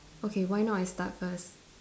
okay why not I start first